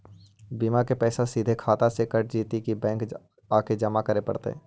बिमा के पैसा सिधे खाता से कट जितै कि बैंक आके जमा करे पड़तै?